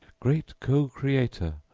great co-creator,